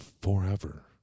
forever